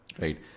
Right